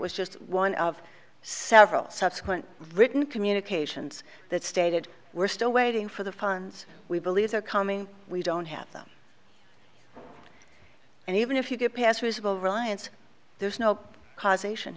was just one of several subsequent written communications that stated we're still waiting for the funds we believe are coming we don't have them and even if you get past risible reliance there's no cause ation